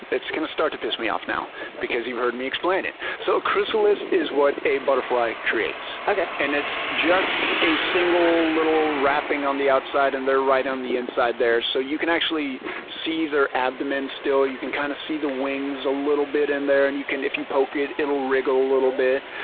it's going to start to piss me off now because you've heard me explain it. so a chrysalis is what a butterfly creates, and it's just a single little wrapping on the outside and they're right on the inside there so you can actually see their abdomen still. you can kind of see the wings a little bit in there and you can, if you poke it, it'll wriggle a little bit.